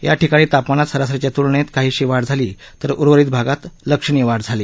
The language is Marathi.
या ठिकाणी तापमानात सरासरीच्या तूलनेत काहीशी वाढ झाली तर उर्वरीत भागात लक्षणीय वाढ झाली